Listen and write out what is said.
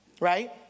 Right